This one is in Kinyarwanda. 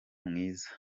mwiza